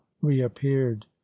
reappeared